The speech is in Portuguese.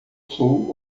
sou